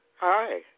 Hi